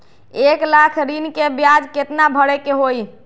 एक लाख ऋन के ब्याज केतना भरे के होई?